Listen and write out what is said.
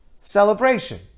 celebration